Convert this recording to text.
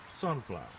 sunflower